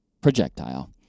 projectile